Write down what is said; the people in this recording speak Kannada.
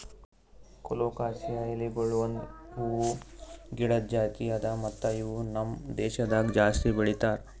ಕೊಲೊಕಾಸಿಯಾ ಎಲಿಗೊಳ್ ಒಂದ್ ಹೂವು ಗಿಡದ್ ಜಾತಿ ಅದಾ ಮತ್ತ ಇವು ನಮ್ ದೇಶದಾಗ್ ಜಾಸ್ತಿ ಬೆಳೀತಾರ್